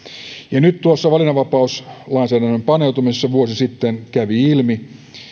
nyt tuossa valinnanvapauslainsäädäntöön paneutumisessa vuosi sitten kävi ilmi